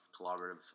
collaborative